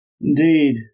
Indeed